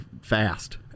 fast